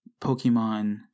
Pokemon